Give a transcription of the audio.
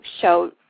show